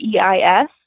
EIS